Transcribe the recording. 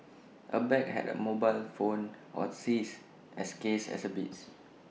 A bag had A mobile phone were seized as case exhibits